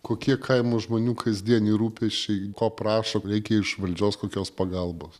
kokie kaimo žmonių kasdieniai rūpesčiai ko prašo reikia iš valdžios kokios pagalbos